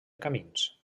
camins